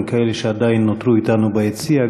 גם כאלה שעדיין נותרו אתנו ביציע,